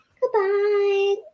Goodbye